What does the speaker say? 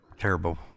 terrible